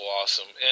awesome